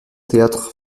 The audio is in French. théâtre